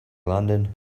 london